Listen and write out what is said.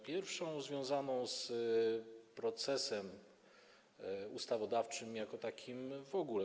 Pierwsza związana jest z procesem ustawodawczym jako takim w ogóle.